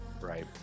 Right